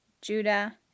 Judah